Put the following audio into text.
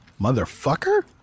motherfucker